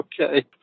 Okay